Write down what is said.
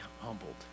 humbled